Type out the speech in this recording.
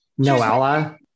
Noella